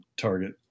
target